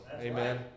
Amen